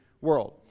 world